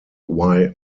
why